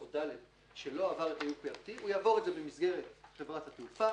או ד' שלא עבר את ה-UPRT הוא יעבור את זה במסגרת חברת התעופה,